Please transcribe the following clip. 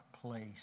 place